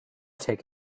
take